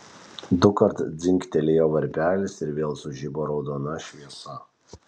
dukart dzingtelėjo varpelis ir vėl sužibo raudona šviesa